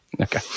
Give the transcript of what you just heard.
okay